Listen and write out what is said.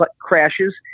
crashes